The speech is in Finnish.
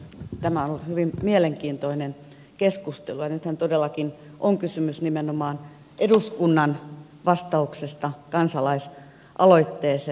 tämä on ollut hyvin mielenkiintoinen keskustelu ja nythän todellakin on kysymys nimenomaan eduskunnan vastauksesta kansalaisaloitteeseen